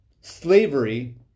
slavery